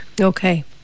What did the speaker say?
okay